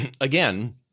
again